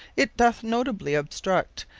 it doth notably obstruct,